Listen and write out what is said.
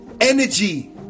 energy